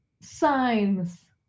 signs